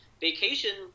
Vacation